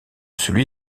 celui